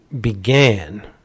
began